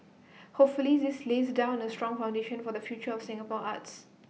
hopefully this lays down A strong foundation for the future of Singapore arts